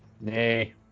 Nay